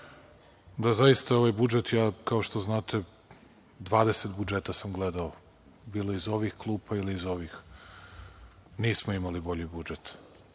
zaista ovaj budžet, kao što znate, dvadeset budžeta sam gledao, bilo iz ovih klupa ili iz onih, nismo imali bolji budžet.